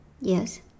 Yes